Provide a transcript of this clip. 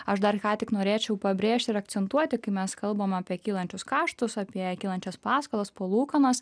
aš dar ką tik norėčiau pabrėžt ir akcentuoti kai mes kalbam apie kylančius kaštus apie kylančias paskolas palūkanas